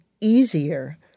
easier